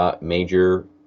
Major